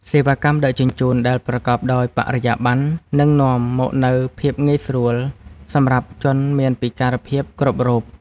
សេវាកម្មដឹកជញ្ជូនដែលប្រកបដោយបរិយាបន្ននឹងនាំមកនូវភាពងាយស្រួលសម្រាប់ជនមានពិការភាពគ្រប់រូប។